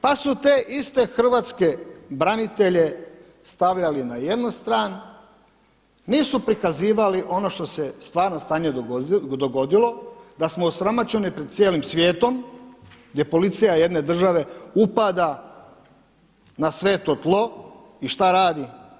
Pa su te iste hrvatske branitelje stavljali na jednu stranu, nisu prikazivali ono što se stvarno stanje dogodilo, da smo osramoćeni pred cijelim svijetom gdje policija jedne države upada na sveto tlo i šta radi?